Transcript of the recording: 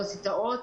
האוניברסיטאות,